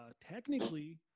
technically